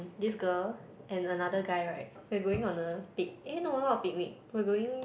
this girl and another guy right we're going on a pic~ eh no not picnic we're going